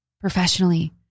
professionally